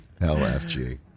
LFG